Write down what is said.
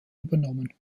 übernommen